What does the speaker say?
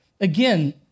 again